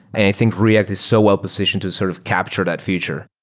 and i think react is so well positioned to sort of capture that feature.